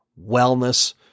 wellness